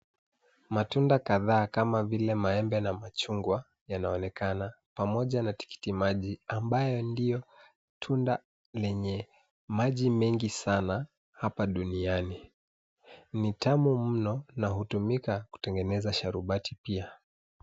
Matunda kadhaa kama vile maembe na machungwa yanaonekana, pamoja na tikitimaji ambayo ndiyo tunda lenye maji mengi sana hapa duniani. Ni tamu mno na hutumika kutengeneza sharubati pia.